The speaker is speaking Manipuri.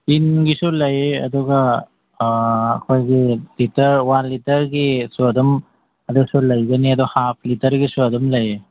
ꯇꯤꯟꯒꯤꯁꯨ ꯂꯩ ꯑꯗꯨꯒ ꯑꯩꯈꯣꯏꯒꯤ ꯂꯤꯇꯔ ꯋꯥꯟ ꯂꯤꯇꯔꯒꯤꯁꯨ ꯑꯗꯨꯝ ꯑꯗꯨꯁꯨ ꯂꯩꯒꯅꯤ ꯑꯗꯨ ꯍꯥꯐ ꯂꯤꯇꯔꯒꯤꯁꯨ ꯑꯗꯨꯝ ꯂꯩꯌꯦ